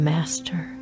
Master